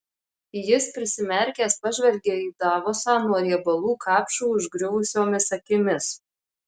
jis prisimerkęs pažvelgė į davosą nuo riebalų kapšų užgriuvusiomis akimis